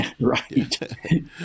right